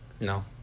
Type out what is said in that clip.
No